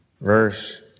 verse